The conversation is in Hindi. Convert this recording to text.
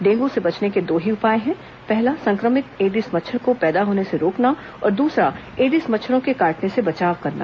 डेंगू से बचने के दो ही उपाय हैं पहला संक्रमित एडिस मच्छरों को पैदा होने से रोकना और दूसरा एडिस मच्छरों के कांटने से बचाव करना